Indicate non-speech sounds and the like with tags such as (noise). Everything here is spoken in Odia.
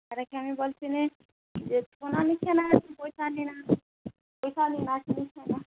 ଆରେ କାଁଣ ବୋଲୁଛିନ୍ (unintelligible) ବେକାରେ ଆସିଲି ଏକା